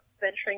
venturing